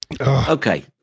Okay